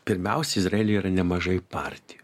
pirmiausia izraelyje yra nemažai partijų